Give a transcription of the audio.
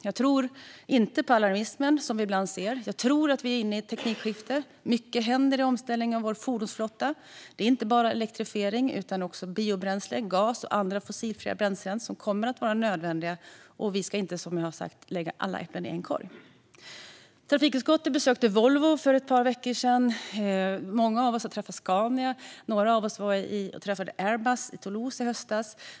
Jag tror inte på alarmismen, men jag tror att vi är inne i ett teknikskifte. Mycket händer i omställningen av vår fordonsflotta. Det är inte bara fråga om elektrifiering utan också om biobränslen, gas och andra fossilfria bränslen som kommer att vara nödvändiga; vi ska inte lägga alla ägg i samma korg. Trafikutskottet besökte Volvo för ett par veckor sedan. Många av oss har också besökt Scania, och några av oss besökte Airbus i Toulouse i höstas.